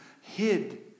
hid